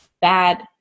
bad